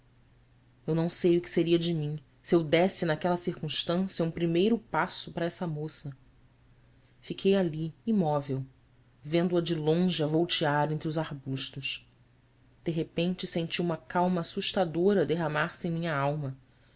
eu não sei o que seria de mim se eu desse naquela circunstância um primeiro passo para essa moça fiquei ali imóvel vendo-a de longe a voltear entre os arbustos de repente senti uma calma assustadora derramar se em minha alma